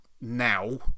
now